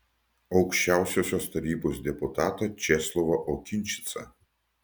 aukščiausiosios tarybos deputatą česlavą okinčicą